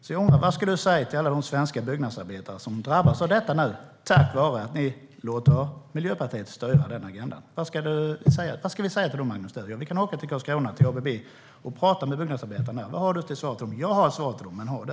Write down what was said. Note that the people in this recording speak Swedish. Så jag undrar: Vad ska du säga till alla svenska byggnadsarbetare som nu drabbas av detta tack vare att ni låter Miljöpartiet styra agendan? Vi kan åka till ABB i Karlskrona och prata med byggnadsarbetarna där. Vad har du för svar till dem? Jag har ett svar till dem, men har du?